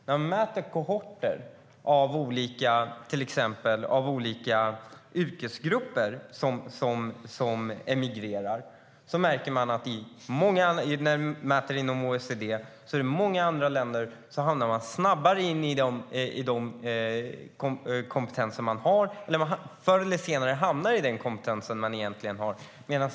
När man inom OECD mäter kohorter av olika yrkesgrupper som emigrerar märker man att de i många andra länder kommer in i de kompetenser de har snabbare och att de förr eller senare hamnar i den kompetens de egentligen har.